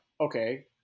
okay